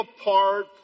apart